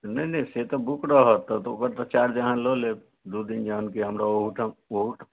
नहि नहि से तऽ बुक रहत तऽ ओकर तऽ चार्ज अहाँ लऽ लेब दू दिन जहन कि हम हमरा ओहोठाम ओहो